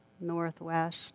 Northwest